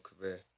career